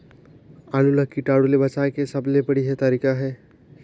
आलू ला कीटाणु ले बचाय के सबले बढ़िया तारीक हे?